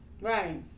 Right